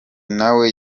nawe